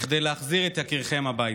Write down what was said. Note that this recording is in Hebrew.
בכדי להחזיר את יקיריכם הביתה.